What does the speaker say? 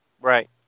right